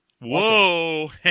Whoa